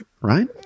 right